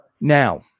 Now